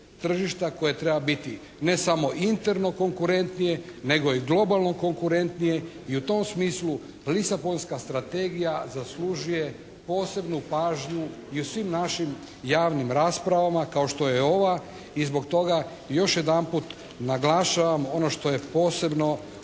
tržišta koje treba biti ne samo interno konkurentnije nego i globalno konkurentnije. I u tom smislu Lisabonska strategija zaslužuje posebnu pažnju i u svim našim javnim raspravama kao što je ova. I zbog toga još jedanput naglašavam ono što je posebno